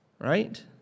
Right